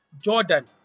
Jordan